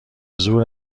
زور